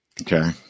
Okay